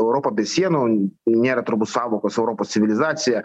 europa be sienų nėra turbūt sąvokos europos civilizacija